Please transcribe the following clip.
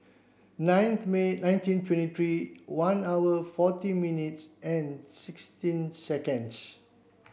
ninth May nineteen twenty three one hour forty minutes and sixteen seconds